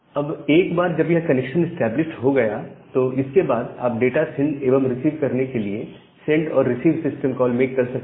अब एक बार जब यह कनेक्शन इस्टैबलिश्ड हो गया तो इसके बाद आप डाटा सेंड एवं रिसीव करने के लिए सेंड send और receive receive system call make कर सकते हैं